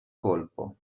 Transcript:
colpo